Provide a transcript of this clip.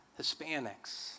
Hispanics